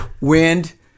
wind